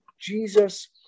Jesus